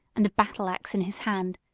and a battle axe in his hand,